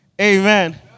amen